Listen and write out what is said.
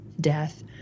death